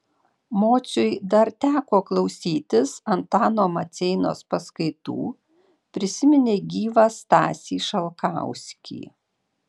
mociui dar teko klausytis antano maceinos paskaitų prisiminė gyvą stasį šalkauskį